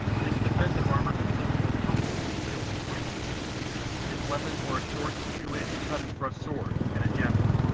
his defensive armour consisted of helmet, shield, and greaves his weapons were a short, two-edged, cut-and thrust sword and a javelin,